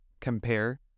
compare